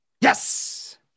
Yes